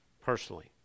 personally